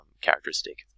characteristic